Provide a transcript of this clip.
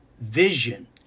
vision